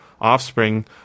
offspring